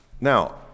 Now